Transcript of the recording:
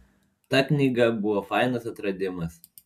ta knyga buvo fainas atradimas